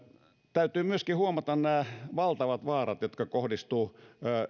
täytyy myöskin huomata nämä valtavat vaarat jotka kohdistuvat